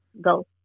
go